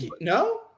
no